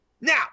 Now